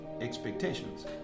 expectations